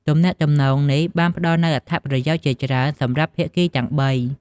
ទំនាក់ទំនងនេះបានផ្តល់នូវអត្ថប្រយោជន៍ជាច្រើនសម្រាប់ភាគីទាំងបី។